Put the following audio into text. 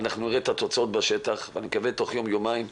אנחנו נראה את התוצאות בשטח ואני מקווה שתוך יום-יומיים,